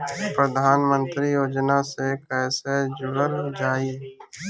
प्रधानमंत्री योजना से कैसे जुड़ल जाइ?